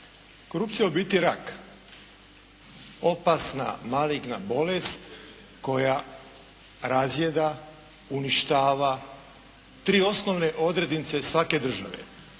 Korupcija je, ubiti rak. Opasna maligna bolest koja razjeda, uništava tri osnovne odrednice svake države.